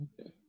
Okay